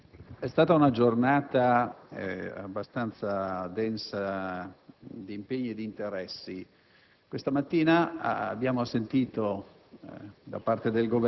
è stata una giornata abbastanza densa di impegni e di interessi. Questa mattina abbiamo sentito,